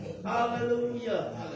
Hallelujah